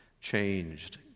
changed